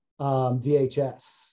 vhs